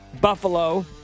Buffalo